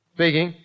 Speaking